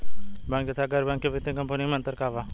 Bank तथा गैर banking वित्तीय कम्पनीयो मे अन्तर का बा?